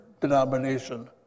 denomination